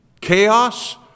chaos